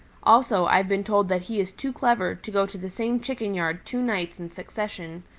also i've been told that he is too clever to go to the same chicken yard two nights in succession.